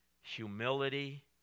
humility